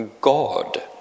God